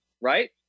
Right